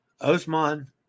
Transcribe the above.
Osman